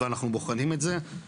את זה צריך לזכור.